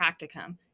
practicum